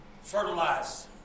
fertilize